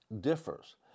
differs